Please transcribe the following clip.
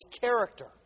character